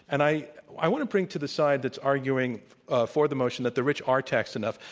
and i i want to bring to the side that's arguing ah for the motion that the rich are taxed enough,